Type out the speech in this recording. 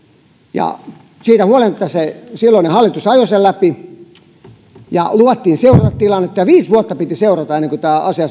ja siitä huolimatta silloinen hallitus ajoi sen läpi luvattiin seurata tilannetta ja viisi vuotta piti seurata ennen kuin tämä asia